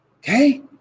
Okay